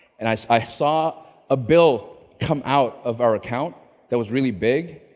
and i so i saw a bill come out of our account that was really big,